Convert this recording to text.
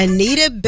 Anita